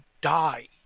die